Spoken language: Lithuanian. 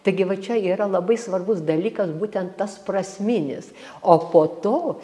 taigi va čia yra labai svarbus dalykas būtent tas prasminis o po to